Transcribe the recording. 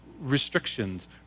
restrictions